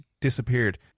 disappeared